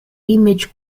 image